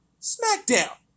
SmackDown